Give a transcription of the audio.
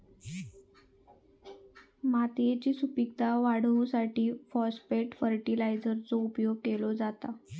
मातयेची सुपीकता वाढवूसाठी फाॅस्फेट फर्टीलायझरचो उपयोग केलो जाता